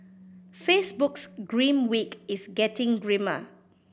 Facebook's grim week is getting grimmer